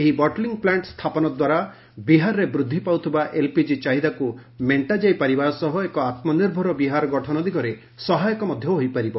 ଏହି ବଟଲିଂ ପ୍ଲାର୍କ୍ଷ ସ୍ଥାପନ ଦ୍ୱାରା ବିହାରରେ ବୃଦ୍ଧି ପାଉଥିବା ଏଲ୍ପିଜି ଚାହିଦାକୁ ମେଣ୍ଟାଯାଇ ପାରିବ ସହ ଏକ ଆତ୍ମନିର୍ଭର ବିହାର ଗଠନ ଦିଗରେ ସହାୟକ ହୋଇପାରିବ